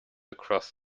across